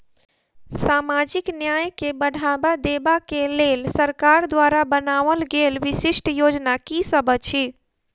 सामाजिक न्याय केँ बढ़ाबा देबा केँ लेल सरकार द्वारा बनावल गेल विशिष्ट योजना की सब अछि?